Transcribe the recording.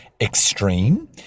Extreme